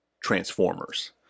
transformers